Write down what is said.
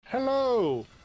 Hello